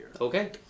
okay